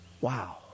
Wow